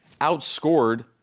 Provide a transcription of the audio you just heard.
outscored